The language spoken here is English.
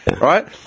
right